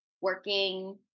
working